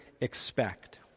expect